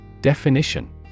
Definition